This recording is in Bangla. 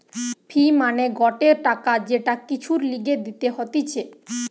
ফি মানে গটে টাকা যেটা কিছুর লিগে দিতে হতিছে